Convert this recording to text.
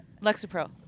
Lexapro